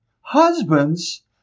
husbands